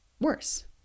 worse